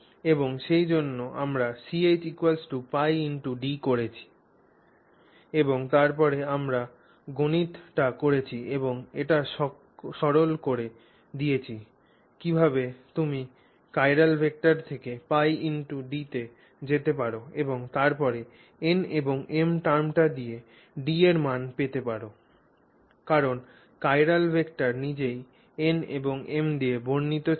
এবং সেইজন্য আমরা Ch π × D করেছি এবং তারপরে আমরা গণিতটি করেছি এবং এটি সরল করে দিয়েছি কীভাবে তুমি চিরাল ভেক্টর থেকে π × D তে যেতে পার এবং তারপরে n এবং m টার্ম দিয়ে D এর মান পেতে পার কারণ চিরাল ভেক্টর নিজেই n এবং m দিয়ে বর্ণিত ছিল